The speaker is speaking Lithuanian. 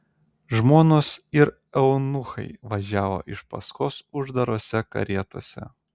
žmonos ir eunuchai važiavo iš paskos uždarose karietose